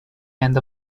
end